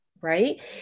right